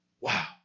Wow